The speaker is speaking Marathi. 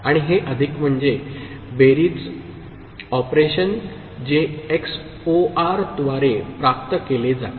आणि हे अधिक म्हणजे बेरीज ऑपरेशन जे एक्सओआरद्वारे प्राप्त केले जाते